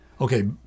Okay